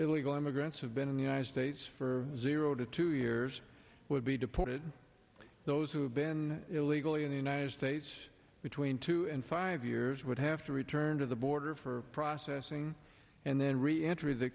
illegal immigrants have been in the united states for zero to two years would be deported those who have been illegally in the united states between two and five years would have to return to the border for processing and then